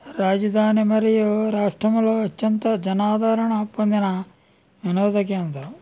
రాజధాని మరియు రాష్ట్రంలో అత్యంత జనాధారణ పొందిన వినోద కేంద్రం